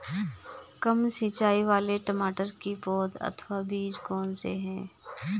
कम सिंचाई वाले टमाटर की पौध अथवा बीज कौन से हैं?